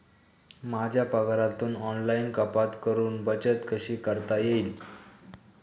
माझ्या पगारातून ऑनलाइन कपात करुन बचत कशी करता येईल?